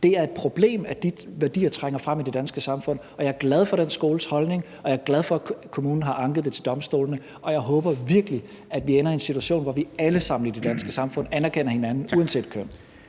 Det er et problem, at de værdier trænger frem i det danske samfund, og jeg er glad for den skoles holdning, og jeg er glad for, at kommunen har anket afgørelsen til domstolene. Jeg håber virkelig, at vi ender i en situation, hvor vi alle sammen i det danske samfund anerkender hinanden uanset køn.